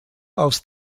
aus